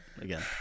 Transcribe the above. again